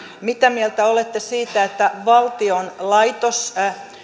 mitä mieltä olette siitä että valtion laitos